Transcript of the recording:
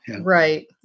Right